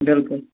بالکُل